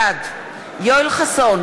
בעד יואל חסון,